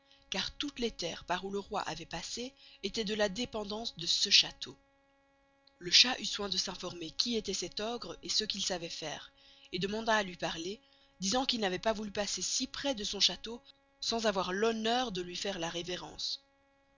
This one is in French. car toutes les terres par où le roy avoit passé estoient de la dépendance de ce chasteau le chat qui eut soin de s'informer qui estoit cet ogre et ce qu'il sçavoit faire demanda à luy parler disant qu'il n'avoit pas voulu passer si prés de son chasteau sans avoir l'honneur de luy faire la réverence